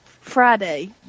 Friday